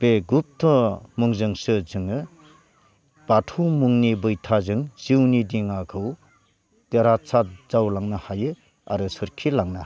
बे गुप्थ' मुंजोंसो जोङो बाथौ मुंनि बैथाजों जिउनि दिङाखौ देरहासाद जावलांनो हायो आरो सोरखि लांनो हायो